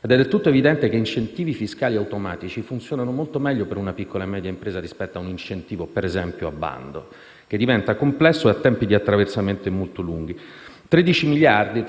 È del tutto evidente che incentivi fiscali automatici funzionano molto meglio per una piccola e media impresa rispetto a un incentivo - per esempio - a bando, che diventa complesso e ha tempi di attraversamento molto lunghi. I 13 miliardi